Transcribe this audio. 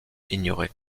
ignoré